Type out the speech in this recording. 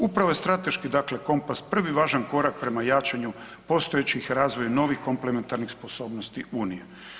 Upravo je strateški dakle kompas, prvi važan korak prema jačanju postojećih i razvoju novih komplementarnih sposobnosti Unije.